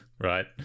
right